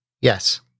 Yes